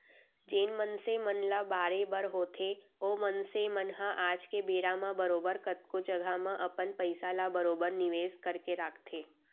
जेन मनसे मन ल बाढ़े बर होथे ओ मनसे मन ह आज के बेरा म बरोबर कतको जघा म अपन पइसा ल बरोबर निवेस करके राखथें